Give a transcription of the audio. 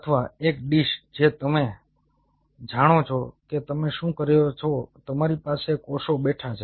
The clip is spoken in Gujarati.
અથવા એક ડીશ જે તમે જાણો છો કે તમે શું કરો છો તમારી પાસે કોષો બેઠા છે